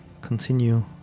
continue